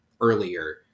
earlier